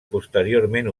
posteriorment